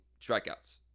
strikeouts